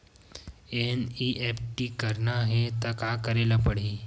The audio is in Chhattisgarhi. एन.ई.एफ.टी करना हे त का करे ल पड़हि?